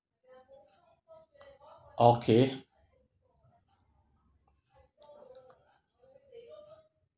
okay